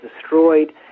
destroyed